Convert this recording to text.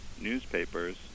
newspapers